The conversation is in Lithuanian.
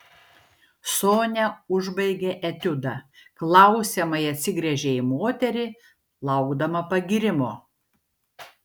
sonia užbaigė etiudą klausiamai atsigręžė į moterį laukdama pagyrimo